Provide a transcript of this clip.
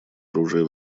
оружия